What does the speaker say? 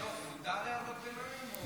חנוך, מותר הערות ביניים?